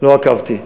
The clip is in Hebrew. לא עקבתי.